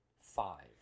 five